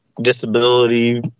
disability